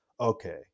okay